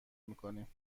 میکنیم